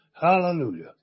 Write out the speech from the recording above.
Hallelujah